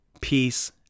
peace